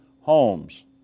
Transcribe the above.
homes